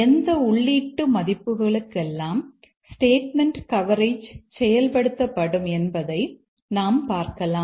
எந்த உள்ளீட்டு மதிப்புகளுக்கெல்லாம் ஸ்டேட்மெண்ட் கவரேஜ் செயல்படுத்தப்படும் என்பதை நாம் பார்க்கலாம்